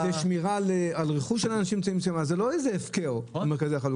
זה חלק מן ההסדרה.